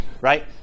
right